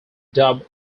dub